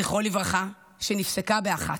זכרו לברכה, שנפסקה באחת.